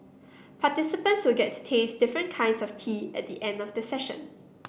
participants will get to taste different kinds of tea at the end of the session